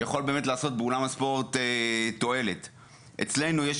זה